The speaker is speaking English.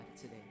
today